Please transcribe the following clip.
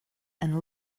and